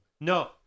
no